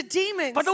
demons